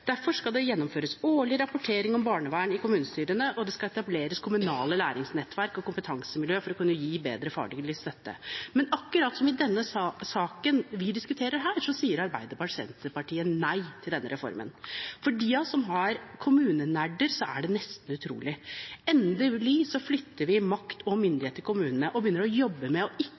derfor gjennomføres årlige rapporteringer om barnevernet til kommunestyrene, og det skal etableres kommunale læringsnettverk og kompetansemiljøer for å kunne gi bedre faglig støtte. Men akkurat som i saken vi diskuterer her, sier Arbeiderpartiet og Senterpartiet nei til denne reformen. For de av oss som er kommunenerder, er det nesten utrolig – endelig flytter vi makt og myndighet til kommunene og begynner å jobbe med å se barnevernet ikke stykkevis og